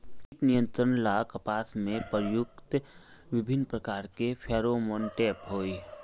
कीट नियंत्रण ला कपास में प्रयुक्त विभिन्न प्रकार के फेरोमोनटैप होई?